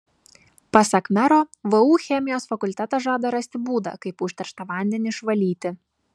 pasak mero vu chemijos fakultetas žada rasti būdą kaip užterštą vandenį išvalyti